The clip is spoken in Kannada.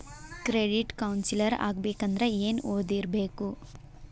ಕ್ರೆಡಿಟ್ ಕೌನ್ಸಿಲರ್ ಆಗ್ಬೇಕಂದ್ರ ಏನ್ ಓದಿರ್ಬೇಕು?